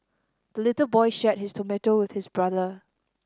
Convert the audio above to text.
the little boy shared his tomato with his brother